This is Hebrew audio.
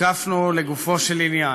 הותקפנו לגופו של עניין.